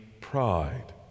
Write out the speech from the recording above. pride